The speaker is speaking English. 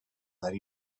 that